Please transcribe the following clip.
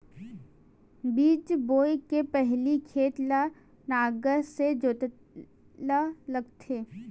बीज बोय के पहिली खेत ल नांगर से जोतेल लगथे?